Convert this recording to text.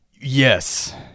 Yes